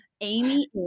Amy